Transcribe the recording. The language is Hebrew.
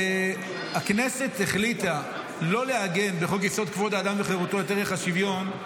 כשהכנסת החליטה לא לעגן בחוק-יסוד: כבוד האדם וחירותו את ערך השוויון,